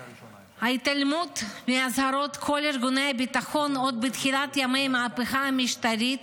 ההתעלמות מאזהרות כל ארגוני הביטחון עוד בתחילת ימי המהפכה המשטרית,